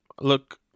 Look